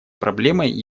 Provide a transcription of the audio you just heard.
проблемой